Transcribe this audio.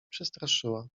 przestraszyła